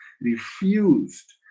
refused